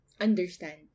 understand